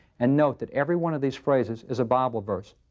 and note that every one of these phrases is a bible verse.